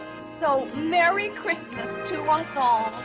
so, merry christmas to one us all!